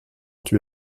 tué